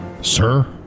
Sir